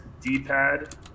D-pad